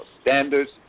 standards